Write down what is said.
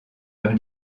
leurs